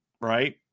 right